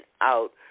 out